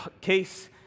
Case